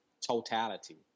totality